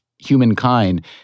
humankind